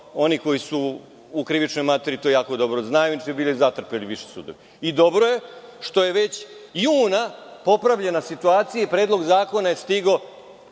Oni koji su u krivičnoj materiji to jako dobro znaju, inače bi bili zatrpani viši sudovi. Dobro je što je već u junu popravljena situacija i Predlog zakona je stigao